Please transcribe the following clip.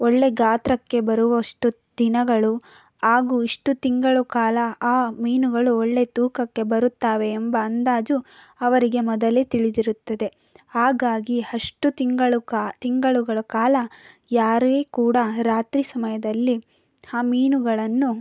ಒಳ್ಳೆ ಗಾತ್ರಕ್ಕೆ ಬರುವಷ್ಟು ದಿನಗಳು ಹಾಗೂ ಇಷ್ಟು ತಿಂಗಳು ಕಾಲ ಆ ಮೀನುಗಳು ಒಳ್ಳೆ ತೂಕಕ್ಕೆ ಬರುತ್ತವೆ ಎಂಬ ಅಂದಾಜು ಅವರಿಗೆ ಮೊದಲೇ ತಿಳಿದಿರುತ್ತದೆ ಹಾಗಾಗಿ ಅಷ್ಟು ತಿಂಗಳು ಕಾ ತಿಂಗಳುಗಳ ಕಾಲ ಯಾರೇ ಕೂಡ ರಾತ್ರಿ ಸಮಯದಲ್ಲಿ ಆ ಮೀನುಗಳನ್ನು